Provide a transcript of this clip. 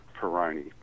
Peroni